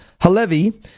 halevi